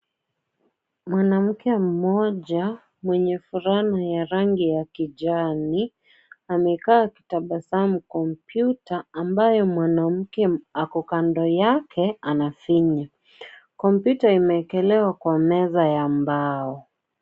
Mwanamke mmoja mwenye fulana ya rangi ya kijani, amekaa akitabasamu. Komputa ambayo mwanamke ako kando yake anafinya. Komputa imewekelewa kwa meza ya mbao.